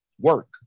work